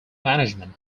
management